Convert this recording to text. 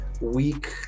week